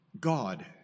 God